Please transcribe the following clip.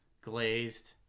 glazed